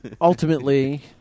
Ultimately